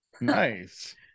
Nice